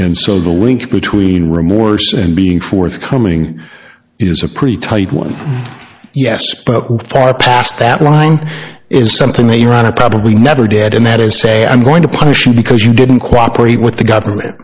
and so the link between remorse and being forthcoming is a pretty tight one yes far past that line is something they run a probably never did and that is say i'm going to punish you because you didn't cooperate with the government